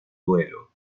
duelo